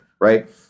Right